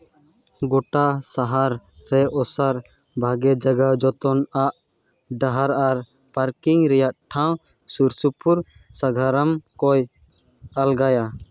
ᱜᱳᱴᱟ ᱥᱟᱦᱟᱨ ᱨᱮ ᱚᱥᱟᱨ ᱵᱷᱟᱹᱜᱤ ᱡᱟᱭᱜᱟ ᱡᱚᱛᱚᱱ ᱟᱜ ᱰᱟᱦᱟᱨ ᱟᱨ ᱯᱟᱨᱠᱤᱝ ᱨᱮᱭᱟᱜ ᱴᱷᱟᱶ ᱥᱩᱨ ᱥᱩᱯᱩᱨ ᱥᱟᱸᱜᱷᱟᱨᱚᱢ ᱠᱚᱭ ᱟᱞᱜᱟᱭᱟ